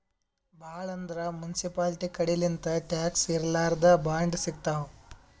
ಭಾಳ್ ಅಂದ್ರ ಮುನ್ಸಿಪಾಲ್ಟಿ ಕಡಿಲಿಂತ್ ಟ್ಯಾಕ್ಸ್ ಇರ್ಲಾರ್ದ್ ಬಾಂಡ್ ಸಿಗ್ತಾವ್